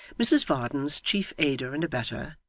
mrs varden's chief aider and abettor,